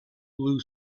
blue